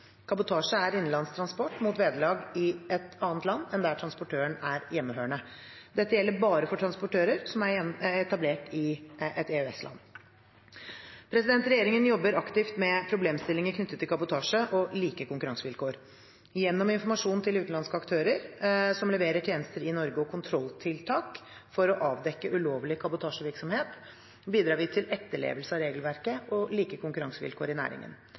Kabotasje er innenlands transport mot vederlag i et annet land enn der transportøren er hjemmehørende. Dette gjelder bare for transportører som er etablert i et EØS-land. Regjeringen jobber aktivt med problemstillinger knyttet til kabotasje og like konkurransevilkår. Gjennom informasjon til utenlandske aktører som leverer tjenester i Norge, og kontrolltiltak for å avdekke ulovlig kabotasjevirksomhet bidrar vi til etterlevelse av regelverket og like konkurransevilkår i næringen.